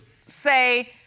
say